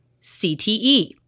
CTE